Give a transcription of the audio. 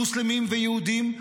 מוסלמים ויהודים,